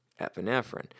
epinephrine